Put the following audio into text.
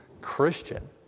Christian